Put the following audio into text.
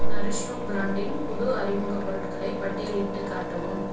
nourish you பிராண்டின் புது அறிமுகப் பொருட்களை பட்டியலிட்டுக் காட்டவும்